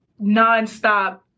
nonstop